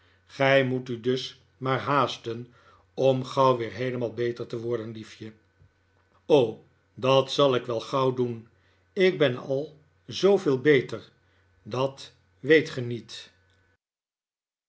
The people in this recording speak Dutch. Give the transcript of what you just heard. gij moet u dus maar haasten om gauw weer heelemaal beter te worden liefje dat zal ik wel gauw doen ik ben al zoo veel beter dat weet ge niet